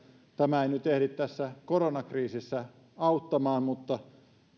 tämä ei nyt ehdi tässä koronakriisissä auttamaan mutta